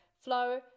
flow